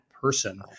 person